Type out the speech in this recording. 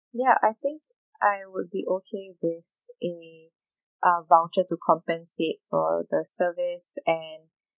ya I think I would be okay with a a voucher to compensate for the service and